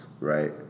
right